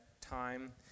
time